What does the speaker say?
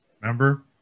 Remember